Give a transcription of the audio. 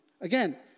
Again